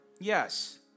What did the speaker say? yes